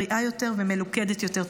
בריאה יותר ומלוכדת יותר.